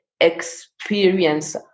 experience